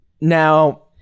Now